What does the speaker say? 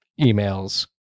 emails